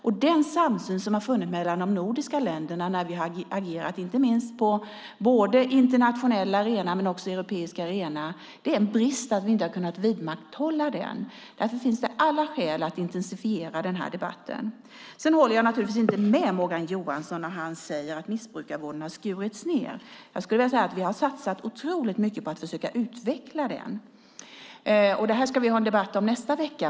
Det har funnits en samsyn mellan de nordiska länderna när vi har agerat på både den internationella arenan och den europeiska arenan, och det är en brist att vi inte har kunnat vidmakthålla den. Därför finns det alla skäl att intensifiera den här debatten. Sedan håller jag naturligtvis inte med Morgan Johansson när han säger att missbrukarvården har skurits ned. Vi har satsat otroligt mycket på att försöka utveckla den. Detta ska vi ha en debatt om nästa vecka.